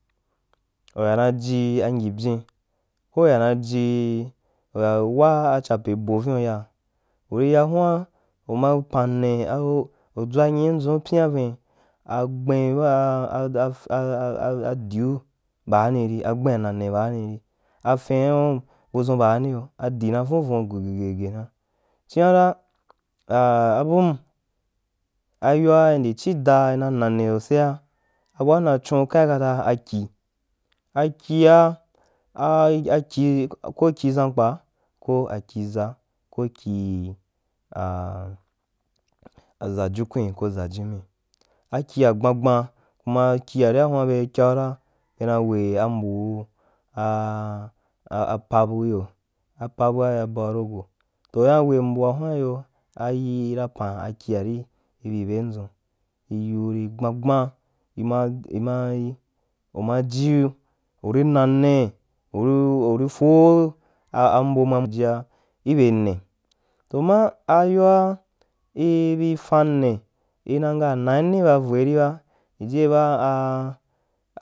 Uya naji angyib yen ko uya na jii uya wa ajape bo vin uya uri ya huan uma panne u dʒwa nyi ndʒun pyian vin aghen baa asiu baari ri agbean nanie baari ri afinu abudʒun baanī adi na van vun gheghighe na chin a a abum ayoa undi chi da na nane sosea, abua nma chun kai kata akyi akyia a akyi ko kyiʒa nka ko kyiʒa ko kyi, a ʒa jikwin ko kyi ʒu ji akyia gban gban kuma kyi ari huan bai kyaura be za we ambuu a apabu uyo, apabua i ra bao ra rogo toh be na we bua ahuan iyo nayi ra pan akyiari i bi bendʒun riyiu ro gban gban i ma mai uma jiu uro nane uu̍ure fou, a ambo ma jia ibe ne ama ayoa ibī fan anne i na nga a naine bu vol ribu.